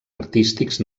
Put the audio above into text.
artístics